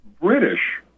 British